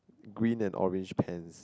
green and orange pants